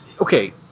okay